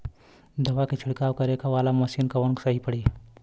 दवा के छिड़काव करे वाला मशीन कवन सही पड़ी?